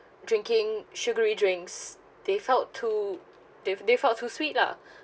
drinking sugary drinks they felt too they they felt too sweet lah